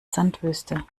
sandwüste